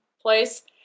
place